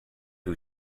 who